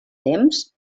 temps